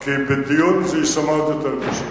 כי בדיון זה יישמע עוד יותר קשה.